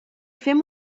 fem